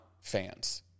fans